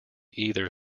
either